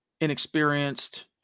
inexperienced